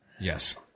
Yes